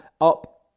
up